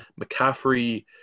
McCaffrey